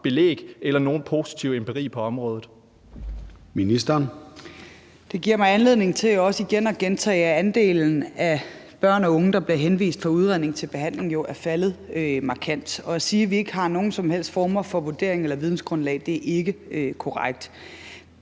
og sundhedsministeren (Sophie Løhde): Det giver mig anledning til at gentage, at andelen af børn og unge, der bliver henvist for at få udredning af behov for behandling, jo er faldet markant. At sige, at vi ikke har nogen som helst former for vurdering eller vidensgrundlag, er ikke korrekt.